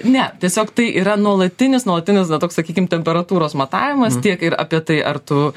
ne tiesiog tai yra nuolatinis nuolatinis toks sakykim temperatūros matavimas tiek ir apie tai ar tu